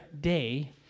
day